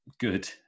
good